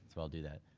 so i'll do that.